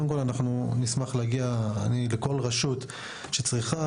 אנחנו נשמח להגיע לכל רשות שצריכה,